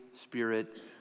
Spirit